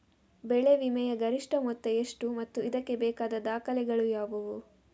ಬೆಳೆ ವಿಮೆಯ ಗರಿಷ್ಠ ಮೊತ್ತ ಎಷ್ಟು ಮತ್ತು ಇದಕ್ಕೆ ಬೇಕಾದ ದಾಖಲೆಗಳು ಯಾವುವು?